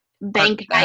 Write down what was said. bank